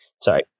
Sorry